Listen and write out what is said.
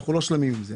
אנחנו לא שלמים איתה.